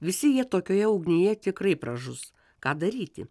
visi jie tokioje ugnyje tikrai pražus ką daryti